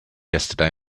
yesterday